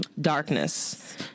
darkness